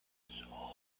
soul